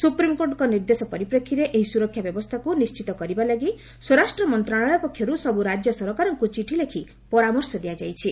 ସୁପ୍ରିମ୍କୋର୍ଟଙ୍କ ନିର୍ଦ୍ଦେଶ ପରିପ୍ରେକ୍ଷୀରେ ଏହି ସୁରକ୍ଷା ବ୍ୟବସ୍ଥାକୁ ନିଶ୍ଚିତ କରିବା ଲାଗି ସ୍ୱରାଷ୍ଟ୍ର ମନ୍ତ୍ରଣାଳୟ ପକ୍ଷରୁ ସବୁ ରାଜ୍ୟ ସରକାରଙ୍କୁ ଚିଠି ଲେଖି ପରାମର୍ଶ ଦିଆଯାଇଛି